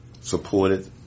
supported